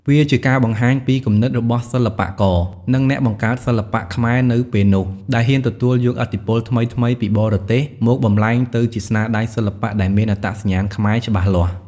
វាជាការបង្ហាញពីគំនិត របស់សិល្បករ និងអ្នកបង្កើតសិល្បៈខ្មែរនៅពេលនោះ ដែលហ៊ានទទួលយកឥទ្ធិពលថ្មីៗពីបរទេសមកបំប្លែងទៅជាស្នាដៃសិល្បៈដែលមានអត្តសញ្ញាណខ្មែរច្បាស់លាស់។